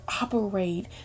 operate